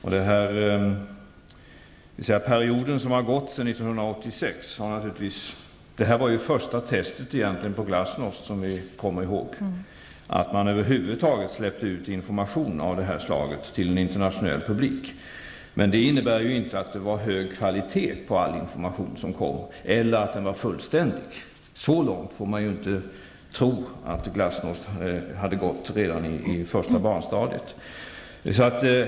över huvud taget har släppt ut information av det här slaget till en internationell publik var egentligen det första testet på glasnost. Men det innebär inte att det var hög kvalitet på all information som kom eller att informationen var fullständig. Så långt får man inte tro att Glasnost hade kommit redan i det första barnstadiet.